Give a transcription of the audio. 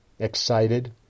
excited